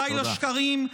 די לשקרים.